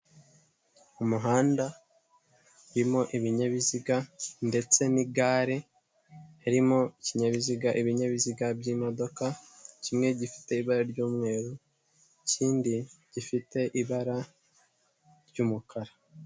Umuhanda urimo ibinyabiziga ndetse n'igare harimo ibinyabiziga by'imodoka, kimwe gifite ibara ry'umweru ikindi gifite ibara ry'umukara.